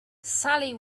sally